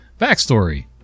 Backstory